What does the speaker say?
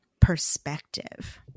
perspective